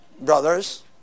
Brothers